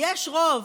יש רוב,